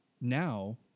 now